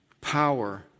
power